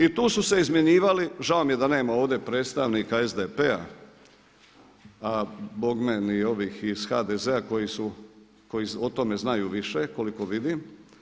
I tu su se izmjenjivali žao mi je da nema ovdje predstavnika SDP-a, bogme ni ovih iz HDZ-a koji su, koji o tome znaju više koliko vidim.